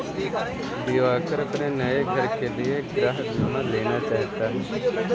दिवाकर अपने नए घर के लिए गृह बीमा लेना चाहता है